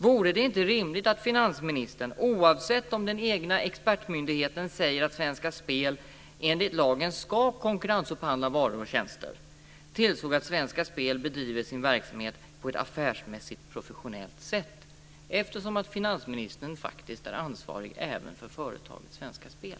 Vore det inte rimligt att finansministern, oavsett om den egna expertmyndigheten säger att Svenska Spel enligt lagen ska konkurrensupphandla varor och tjänster, tillsåg att Svenska Spel bedrev sin verksamhet på ett affärsmässigt och professionellt sätt eftersom finansministern faktiskt är ansvarig även för företaget Svenska Spel